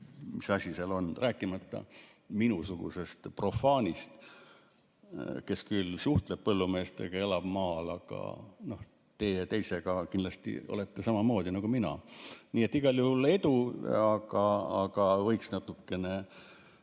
mis asi seal on, rääkimata minusugusest profaanist, kes küll suhtleb põllumeestega, elab maal, aga teie ka kindlasti olete samasugune nagu mina. Nii et igal juhul edu! Aga võiks natukene